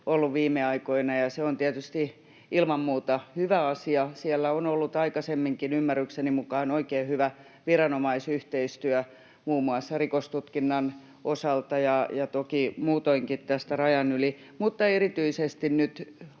ollut viimeaikoina, ja se on tietysti ilman muuta hyvä asia. Siellä on ollut aikaisemminkin ymmärrykseni mukaan oikein hyvä viranomaisyhteistyö muun muassa rikostutkinnan osalta ja toki muutoinkin tästä rajan yli, mutta erityisesti nyt